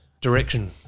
Direction